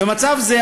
במצב זה,